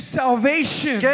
salvation